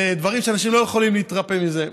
אלה דברים שאנשים לא יכולים להתרפא מהם.